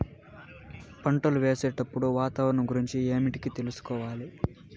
పంటలు వేసేటప్పుడు వాతావరణం గురించి ఏమిటికి తెలుసుకోవాలి?